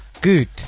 Good